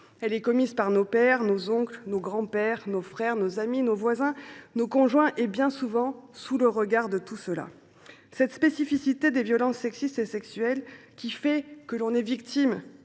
elles sont commises par nos pères, nos oncles, nos grands pères, nos frères, nos amis, nos voisins, nos conjoints et, bien souvent, sous le regard de tous les autres. Cette spécificité des violences sexistes et sexuelles – le fait d’être victime